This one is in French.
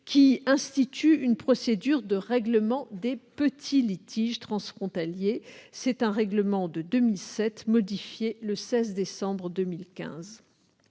instituant une procédure de règlement des petits litiges transfrontaliers. Il s'agit d'un règlement de 2007, modifié le 16 décembre 2015.